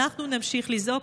אנחנו נמשיך לזעוק.